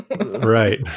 Right